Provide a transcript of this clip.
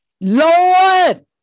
Lord